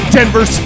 Denver